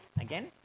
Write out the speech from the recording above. again